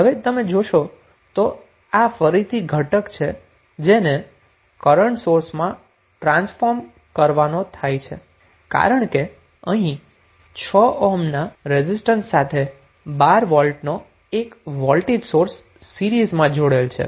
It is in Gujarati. હવે તમે જોશો તો આ ફરીથી ઘટક છે જેને કરન્ટ સોર્સમાં ટ્રાન્સફોર્મ કરવાનો થાય છે કારણ કે અહીં 6 ઓહ્મ ના રેઝિસ્ટન્સ સાથે 12 વોલ્ટ નો એક વોલ્ટેજ સોર્સ સીરીઝમાં જોડેલ છે